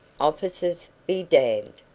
officers be damned!